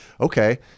okay